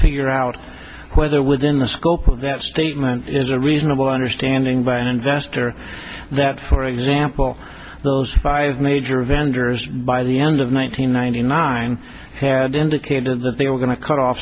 figure out whether within the scope of that statement is a reasonable understanding by an investor that for example those five major vendors by the end of one thousand nine hundred nine had indicated that they were going to cut off